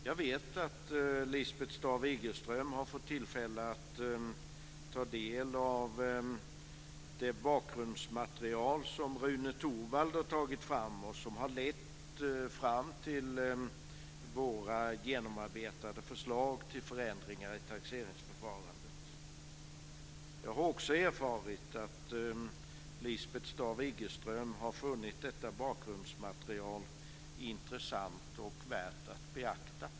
Jag vet att Lisbeth Staaf-Igelström har fått tillfälle att ta del av det bakgrundsmaterial som Rune Thorvald har tagit fram och som har lett fram till våra genomarbetade förslag till förändringar i taxeringsförfarandet. Jag har också erfarit att Lisbeth Staaf Igelström har funnit detta bakgrundsmaterial intressant och värt att beakta.